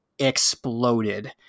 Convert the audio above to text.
exploded